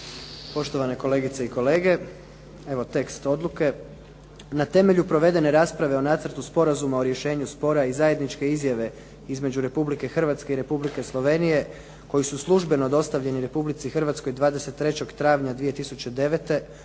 Poštovane kolegice i kolege. Evo tekst Odluke. „Na temelju provedene rasprave o Nacrtu sporazuma o rješenju spora i zajedničke izjave između Republike Hrvatske i Republike Slovenije, koji su službeno dostavljeni Republici Hrvatskoj 23. travnja 2009.,